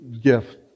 gift